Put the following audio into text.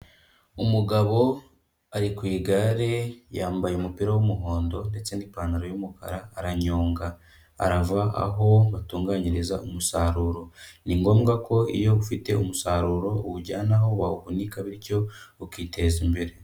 Umugabo ari ku igare, yambaye umupira w'umuhondo ndetse n'ipantaro y'umukara aranyonga, arava aho batunganyiriza umusaruro, ni ngombwa ko iyo ufite umusaruro uwujyana aho wawuhunika bityo ukiteza imbere.